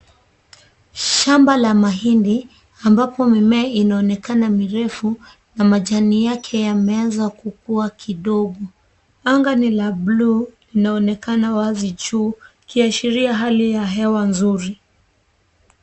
Shamba la mahindi ambapo mimea inaonekana mirefu na majani yake yameanza kukua kidogo. Anga ni la buluu inaonekana wazi juu ikiashiria hali ya hewa nzuri.